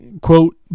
quote